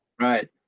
Right